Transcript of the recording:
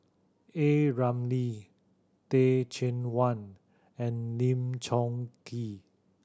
A Ramli Teh Cheang Wan and Lim Chong Keat